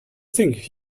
think